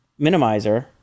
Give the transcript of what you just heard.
minimizer